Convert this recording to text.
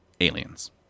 aliens